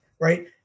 right